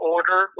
Order